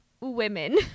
women